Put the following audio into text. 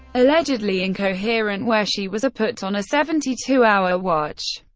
allegedly incoherent, where she was put on a seventy two hour watch.